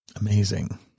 Amazing